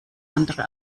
andere